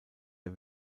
der